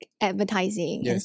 advertising